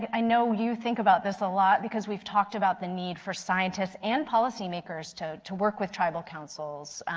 i know you think about this a lot because we talked about the need for scientists and policymakers to to work with tribal councils,